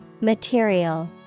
Material